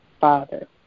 father